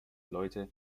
leute